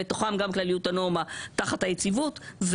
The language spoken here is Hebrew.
בתוכן גם כלליות הנורמה תחת היציבות,